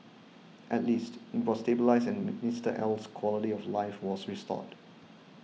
at least it was stabilised and Mister L's quality of life was restored